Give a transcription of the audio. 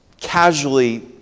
casually